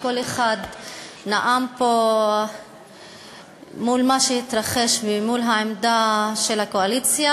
ולכל אחד שנאם פה מול מה שהתרחש ומול העמדה של הקואליציה.